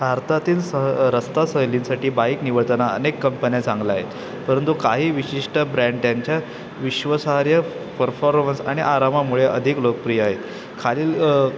भारतातील सह रस्ता सहलींसाठी बाईक निवडताना अनेक कंपन्या चांगल्या आहेत परंतु काही विशिष्ट ब्रँड त्यांच्या विश्वासार्ह परफॉर्मन्स आणि आरामामुळे अधिक लोकप्रिय आहेत खालील